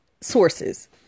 sources